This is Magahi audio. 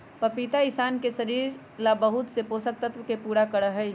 पपीता इंशान के शरीर ला बहुत से पोषक तत्व के पूरा करा हई